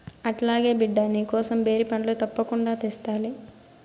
అట్లాగే బిడ్డా, నీకోసం బేరి పండ్లు తప్పకుండా తెస్తాలే